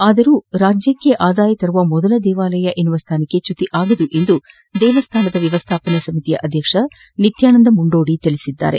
ಆದರೂ ರಾಜ್ಯಕ್ಕೆ ಆದಾಯ ತರುವ ಮೊದಲ ದೇವಾಲಯ ಎಂಬ ಸ್ವಾನಕ್ಕೆ ಚ್ಯುತಿ ಆಗದು ಎಂದು ದೇವಸ್ಥಾನದ ವ್ಯವಸ್ಥಾಪನಾ ಸಮಿತಿ ಅಧ್ಯಕ್ಷ ನಿತ್ಯಾನಂದ ಮುಂಡೋಡಿ ತಿಳಿಸಿದ್ದಾರೆ